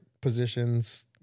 positions